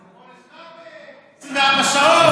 אין נאמנות, עונש מוות, 24 שעות.